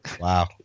Wow